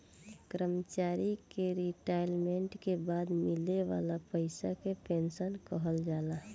कर्मचारी के रिटायरमेंट के बाद मिले वाला पइसा के पेंशन कहल जाला